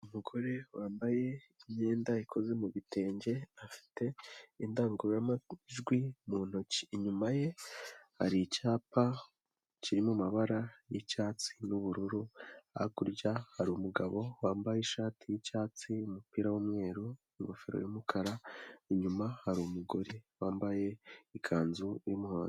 Umugore wambaye imyenda ikoze mu bitenge afite indangururamajwi mu ntoki inyuma ye hari icyapa kirimo amabara y'icyatsi n'ubururu hakurya hari umugabo wambaye ishati y'icyatsi, umupira wu'mweru, n'ingofero y'umukara inyuma haru umugore wambaye ikanzu y'umuhondo.